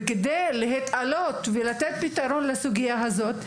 וכדי להתעלות ולתת פתרון לסוגיה הזאת,